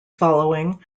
following